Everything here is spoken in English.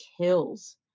kills